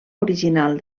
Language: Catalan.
original